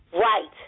Right